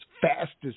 fastest